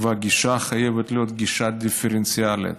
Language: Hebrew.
והגישה חייבת להיות גישה דיפרנציאלית: